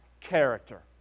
character